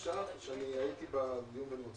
בישיבתה היום,